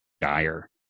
dire